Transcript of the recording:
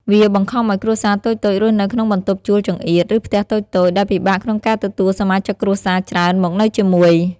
វាបង្ខំឱ្យគ្រួសារតូចៗរស់នៅក្នុងបន្ទប់ជួលចង្អៀត ឬផ្ទះតូចៗ ដែលពិបាកក្នុងការទទួលសមាជិកគ្រួសារច្រើនមកនៅជាមួយ។